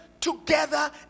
Together